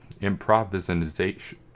improvisation